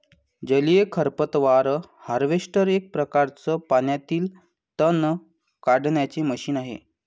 जलीय खरपतवार हार्वेस्टर एक प्रकारच पाण्यातील तण काढण्याचे मशीन आहे